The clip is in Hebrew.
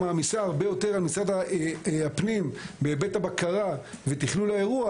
מעמיסה הרבה יותר על משרד הפנים בהיבט הבקרה ותכלול האירוע